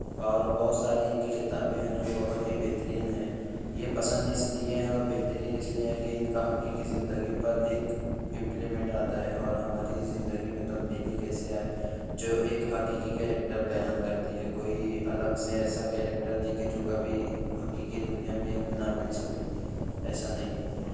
اور بہت ساری ان کی کتابیں ہیں جو بہت ہی بہترین ہیں یہ پسند اس لیے ہیں اور بہترین اس لیے ہیں کہ ان کا حقیقی زندگی پر ایک امپلیمینٹ آتا ہے اور ہماری زندگی میں تبدیدلی کیسے آئے جو ایک حقیقی کریکٹر بیان کرتی ہے کوئی الگ سے ایسا کوئی کریکٹر نہیں کہ جو کبھی حقیقی دنیا میں نہ مل سکے ایسا نہیں ہے